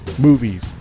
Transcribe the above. Movies